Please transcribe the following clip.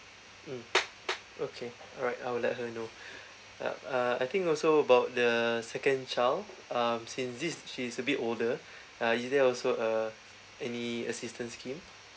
mm okay all right I will let her know yup uh I think also about the second child um since this she is a bit older ah is there also uh any assistance scheme